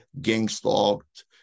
gang-stalked